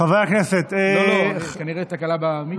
חברי הכנסת, לא, לא, כנראה תקלה במיקרופון.